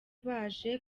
baje